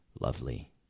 Lovely